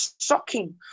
shocking